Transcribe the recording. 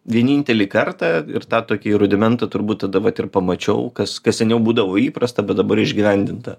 vienintelį kartą ir tą tokį rudimentą turbūt tada vat ir pamačiau kas kas seniau būdavo įprasta bet dabar išgyvendinta